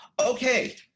Okay